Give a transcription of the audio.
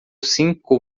cinco